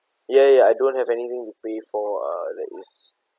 ya ya I don't have anything to pay for uh that is